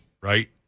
right